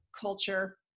culture